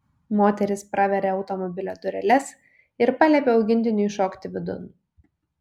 moteris praveria automobilio dureles ir paliepia augintiniui šokti vidun